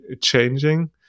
changing